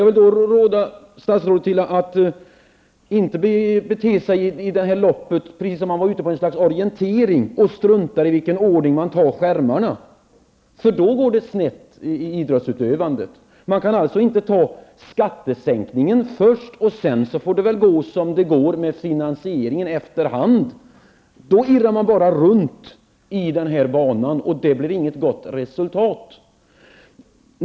Jag vill råda statsrådet att i det här loppet inte bete sig som om han är ute på ett slags orientering där man kan strunta i vilken ordning man tar kontrollerna. I så fall går det snett i idrottsutövandet. Man kan inte ta skattesänkningen först och sedan låta det gå som det går med finansieringen efter hand. Då irrar man runt i den här banan, och det blir inget gott resultat.